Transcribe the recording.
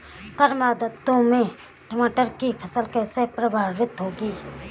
कम आर्द्रता में टमाटर की फसल कैसे प्रभावित होगी?